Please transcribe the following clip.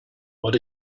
what